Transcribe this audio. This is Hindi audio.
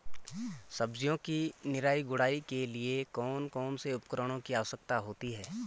सब्जियों की निराई गुड़ाई के लिए कौन कौन से उपकरणों की आवश्यकता होती है?